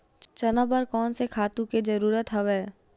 चना बर कोन से खातु के जरूरत हवय?